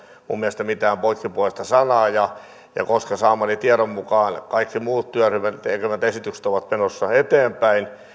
minun mielestäni mitään poikkipuolista sanaa koska saamani tiedon mukaan kaikki muut työryhmän tekemät esitykset ovat menossa eteenpäin niin